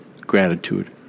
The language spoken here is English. gratitude